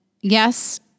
yes